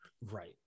right